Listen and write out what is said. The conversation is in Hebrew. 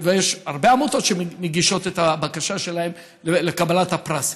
יש הרבה עמותות שמגישות את הבקשה שלהן לקבלת הפרס.